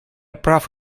прав